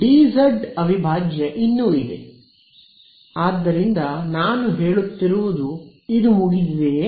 d z ಅವಿಭಾಜ್ಯ ಇನ್ನೂ ಇದೆ ಆದ್ದರಿಂದ ನಾನು ಹೇಳುತ್ತಿರುವುದು ಇದು ಮುಗಿದಿದೆಯೇ